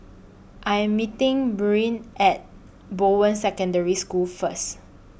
I Am meeting At Bowen Secondary School First